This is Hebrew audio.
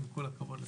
עם כל הכבוד לכולם.